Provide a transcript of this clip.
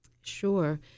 sure